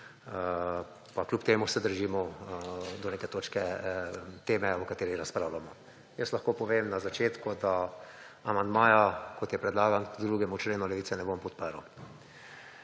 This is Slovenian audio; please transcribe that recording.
pa kljub temu se držimo do neke točke teme, o kateri razpravljamo. Jaz lahko povem na začetku, da amandmaja, kot je predlagan k 2. členu, Levice ne bom podprl.